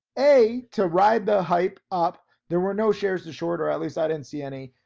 a, to ride the hype up. there were no shares to short or at least i didn't see any.